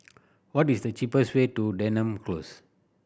what is the cheapest way to Denham Close